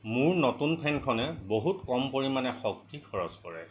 মোৰ নতুন ফেনখনে বহুত কম পৰিমানে শক্তি খৰছ কৰে